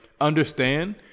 understand